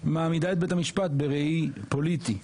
מעמידה את בית המשפט בראי פוליטי.